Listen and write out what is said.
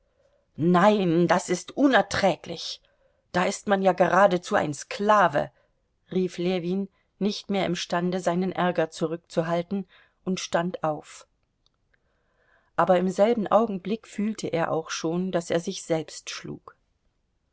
nein das ist unerträglich da ist man ja geradezu ein sklave rief ljewin nicht mehr imstande seinen ärger zurückzuhalten und stand auf aber im selben augenblick fühlte er auch schon daß er sich selbst schlug